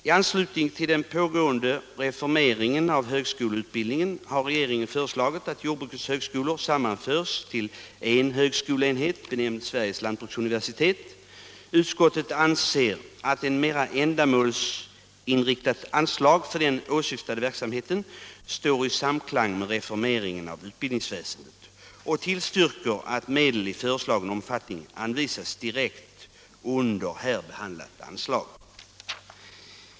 I anslutning till den pågående reformeringen av högskoleutbildningen har regeringen föreslagit att jordbrukets högskolor sammanförs till en högskoleenhet, benämnd Sveriges lantbruksuniversitet. Utskottet anser att ett mera ändamålsenligt anslag för den åsyftade verksamheten står i samklang med reformeringen av utbildningsväsendet och tillstyrker att medel i föreslagen omfattning anvisas direkt under här behandlat anslag.